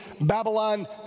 Babylon